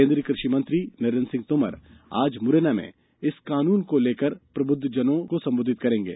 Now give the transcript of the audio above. केन्द्रीय कृषि मंत्री नरेन्द्र सिंह तोमर आज मुरैना में इस कानून को लेकर प्रवृद्धजनों को संबोधित करेंगे